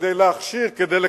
כדי להכשיר,